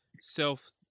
self